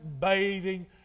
bathing